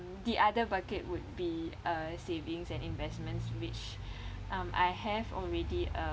the other bucket would be uh savings and investments which um I have already uh